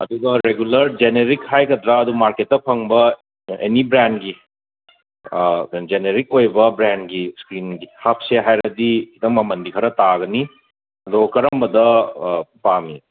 ꯑꯗꯨꯒ regular generic ꯍꯥꯏꯒꯗ꯭ꯔꯥ ꯑꯗꯨꯝ ꯃꯥꯔꯀꯦꯠꯇ ꯐꯪꯕ ꯑꯦꯅꯤ ꯕ꯭ꯔꯥꯟꯒꯤ ꯖꯦꯅꯏꯔꯤꯛ ꯑꯣꯏꯕ ꯕ꯭ꯔꯥꯟꯒꯤ ꯏꯁꯀ꯭ꯔꯤꯟꯒꯤ ꯍꯥꯞꯁꯦ ꯍꯥꯏꯔꯗꯤ ꯈꯤꯇꯪ ꯃꯃꯟꯗꯤ ꯈꯔ ꯇꯥꯒꯅꯤ ꯑꯗꯣ ꯀꯔꯝꯕꯗ ꯄꯥꯝꯃꯤ